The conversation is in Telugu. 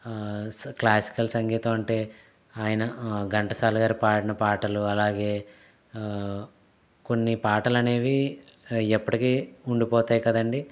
క్లాసికల్ సంగీతం అంటే ఆయన ఘంటసాల గారి పాడిన పాటలు అలాగే కొన్ని పాటలనేవి ఎప్పటికీ ఉండిపోతాయి కదండి